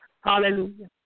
Hallelujah